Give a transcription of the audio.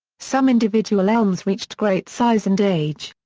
some individual elms reached great size and age.